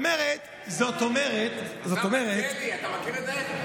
השר מלכיאלי, אתה מכיר את זה?